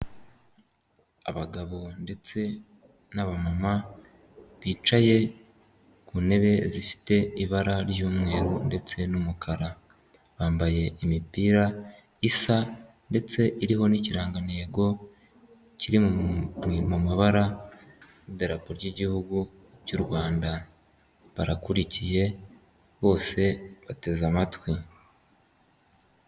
Abagabo ndetse n'abamama bicaye ku ntebe zifite ibara ry'umweru ndetse n'umukara. Bambaye imipira isa ndetse iriho n'ikirangantego kiri mu mabara y'idarapo ry'Igihugu cy'u Rwanda. Barakurikiye bose bateze amatwi.